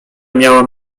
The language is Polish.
miałam